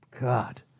God